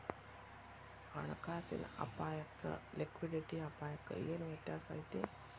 ಹಣ ಕಾಸಿನ್ ಅಪ್ಪಾಯಕ್ಕ ಲಿಕ್ವಿಡಿಟಿ ಅಪಾಯಕ್ಕ ಏನ್ ವ್ಯತ್ಯಾಸಾ ಐತಿ?